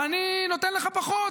אני נותן לך פחות,